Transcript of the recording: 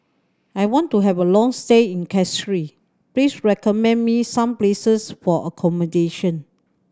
I want to have a long stay in Castries please recommend me some places for accommodation